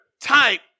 type